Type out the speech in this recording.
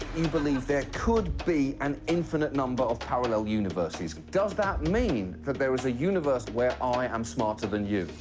you believe there could be an infinite number of parallel universes. does that mean that there is a universe where um i am smarter than you?